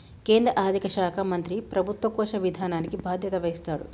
కేంద్ర ఆర్థిక శాఖ మంత్రి ప్రభుత్వ కోశ విధానానికి బాధ్యత వహిస్తాడు